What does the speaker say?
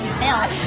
built